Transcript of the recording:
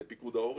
הוא פיקוד העורף.